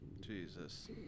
jesus